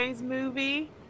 movie